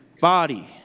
body